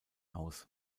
aus